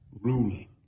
ruling